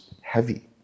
heavy